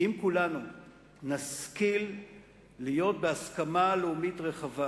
אם כולנו נשכיל להיות בהסכמה לאומית רחבה